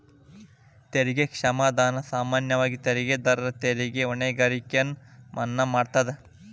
ತೆರಿಗೆ ಕ್ಷಮಾದಾನ ಸಾಮಾನ್ಯವಾಗಿ ತೆರಿಗೆದಾರರ ತೆರಿಗೆ ಹೊಣೆಗಾರಿಕೆಯನ್ನ ಮನ್ನಾ ಮಾಡತದ